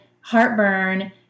heartburn